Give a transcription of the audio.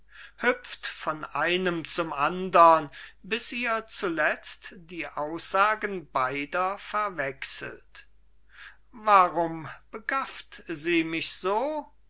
hüpft von einem zum andern bis ihr zuletzt die aussagen beider verwechselt warum begaffen sie mich so